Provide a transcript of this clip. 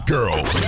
Girls